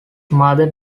mother